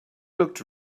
looked